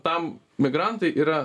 tam migrantai yra